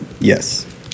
Yes